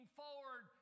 forward